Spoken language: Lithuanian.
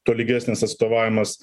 tolygesnis atstovavimas